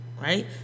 right